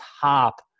top